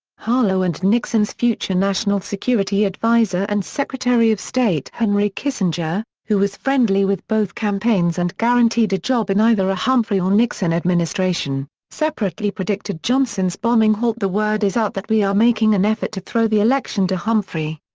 harlow and nixon's future national security advisor and secretary of state henry kissinger, who was friendly with both campaigns and guaranteed a job in either a humphrey or nixon administration, separately predicted johnson's bombing halt the word is out that we are making an effort to throw the election to humphrey.